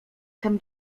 tem